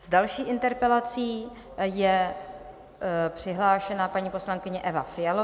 S další interpelací je přihlášena paní poslankyně Eva Fialová.